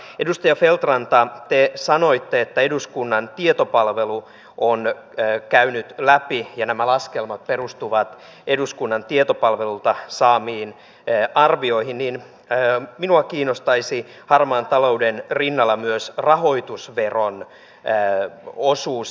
mutta edustaja feld ranta kun te sanoitte että eduskunnan tietopalvelu on käynyt nämä läpi ja että nämä laskelmat perustuvat eduskunnan tietopalvelulta saatuihin arvioihin niin minua kiinnostaisi harmaan talouden rinnalla myös rahoitusveron osuus